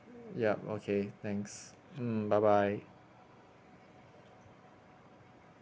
yup okay thanks mm bye bye